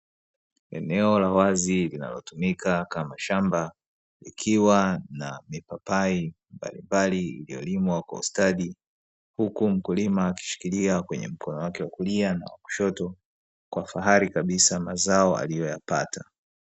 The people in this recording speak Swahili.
Eneo la wazi linalotumika kama shamba, likiwa na mipapai mbalimbali iliyolimwa kwa ustadi, huku mkulima akishikilia kwenye mkono wake wa kulia na wa kushoto, kwa fahari kabisa mazao aliyoyapata.